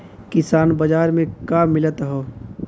किसान बाजार मे का मिलत हव?